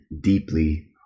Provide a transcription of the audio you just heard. deeply